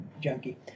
junkie